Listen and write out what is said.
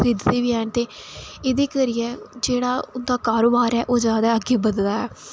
खरीददे बी हैन ते एह्दे करियै जेह्ड़ा उं'दा कारोबार ऐ ओह् अग्गै बधदा ऐ